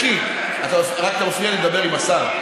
ז'קי, אתה מפריע לי לדבר עם השר.